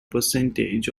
percentage